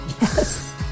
Yes